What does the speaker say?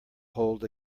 hold